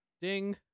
Ding